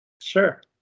Sure